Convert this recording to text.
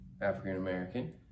african-american